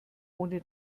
ohne